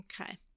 Okay